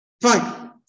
Fine